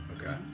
Okay